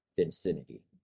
vicinity